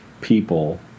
people